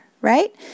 right